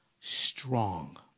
strong